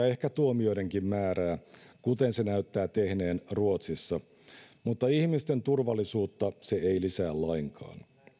ehkä tuomioidenkin määrää kuten se näyttää tehneen ruotsissa mutta ihmisten turvallisuutta se ei lisää lainkaan